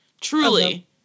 Truly